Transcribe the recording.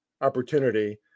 opportunity